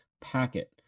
packet